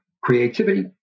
creativity